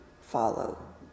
follow